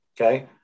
okay